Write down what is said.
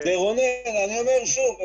אני אומר שוב: